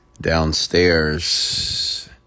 downstairs